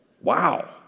Wow